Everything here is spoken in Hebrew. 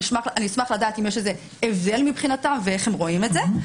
אשמח לדעת אם יש הבדל מבחינתם ואיך הם רואים את זה.